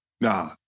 Nah